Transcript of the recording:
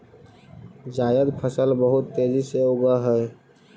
जायद फसल बहुत तेजी से उगअ हई